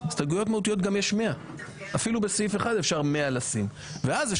הסתייגויות מהותיות יש גם 100. אפילו בסעיף אחד אפשר להגיש 100